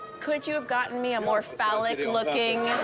could you have gotten me a more phallic looking.